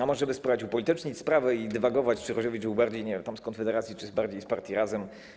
A może by spróbować upolitycznić sprawę i dywagować, czy Różewicz był bardziej, nie wiem, z Konfederacji czy bardziej z Partii Razem?